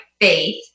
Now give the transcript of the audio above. faith